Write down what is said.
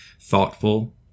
thoughtful